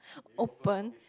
open